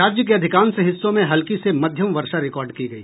राज्य के अधिकांश हिस्सों में हल्की से मध्यम वर्षा रिकार्ड की गई